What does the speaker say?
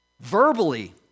verbally